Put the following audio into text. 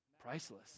priceless